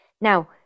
Now